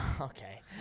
Okay